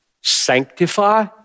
sanctify